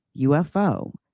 UFO